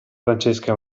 francesca